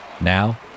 now